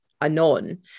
anon